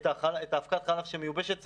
צריך לעשות משהו עם אבקת החלב המיובשת.